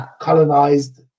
colonized